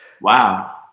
Wow